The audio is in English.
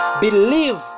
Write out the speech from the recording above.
Believe